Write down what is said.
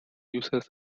uses